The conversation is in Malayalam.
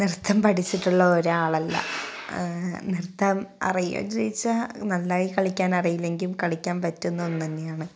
നൃത്തം പഠിച്ചിട്ടുള്ള ഒരാൾ അല്ല നൃത്തം അറിയാമോ ചോദിച്ചാൽ നന്നായി കളിക്കാൻ അറിയില്ലെങ്കിലും കളിക്കാൻ പറ്റുന്ന ഒന്നു തന്നെയാണ്